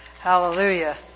Hallelujah